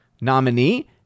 nominee